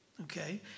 okay